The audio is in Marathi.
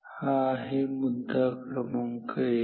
हा आहे मुद्दा क्रमांक एक